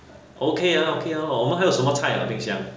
okay ah okay ah 我们还有什么菜 ah 冰箱